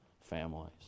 families